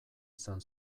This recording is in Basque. izan